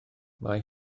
mae